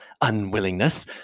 unwillingness